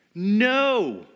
No